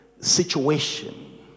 situation